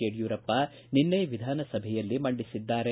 ಯಡಿಯೂರಪ್ಪ ನಿನ್ನೆ ವಿಧಾನಸಭೆಯಲ್ಲಿ ಮಂಡಿಸಿದ್ದಾರೆ